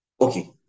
Okay